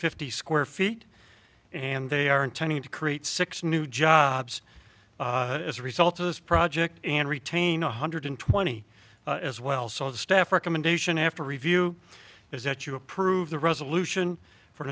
fifty square feet and they are intending to create six new jobs as a result of this project and retain one hundred twenty as well so the staff recommendation after review is that you approve the resolution for